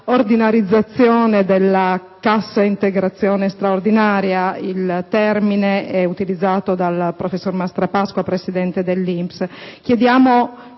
ordinarizzazione della Cassa integrazione straordinaria; tale termine è utilizzato dal professor Mastrapasqua, presidente dell'INPS.